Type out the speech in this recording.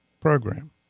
program